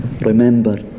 Remember